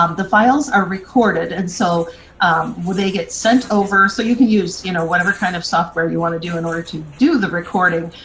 um the files are recorded and so they get sent over, so you can use you know whatever kind of software you wanna do in order to do the recording,